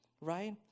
right